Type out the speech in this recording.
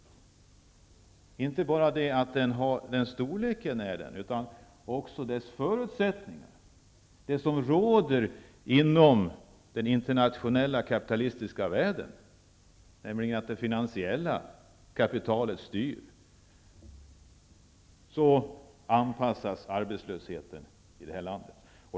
Det är inte bara det att arbetslösheten har den här storleken, den beror också på samma förutsättningar, det som råder internationellt inom den kapitalistiska världen, nämligen att det finansiella kapitalet styr. Så anpassas arbetslösheten i det här landet.